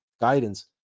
guidance